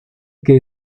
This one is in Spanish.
que